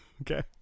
okay